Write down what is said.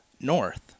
north